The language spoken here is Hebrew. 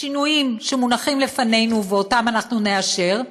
השינויים שמונחים לפנינו, ואותם אנחנו נאשר,